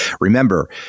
Remember